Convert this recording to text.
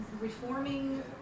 reforming